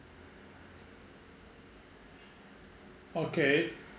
okay